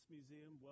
Museum